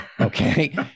Okay